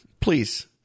Please